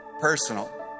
personal